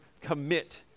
commit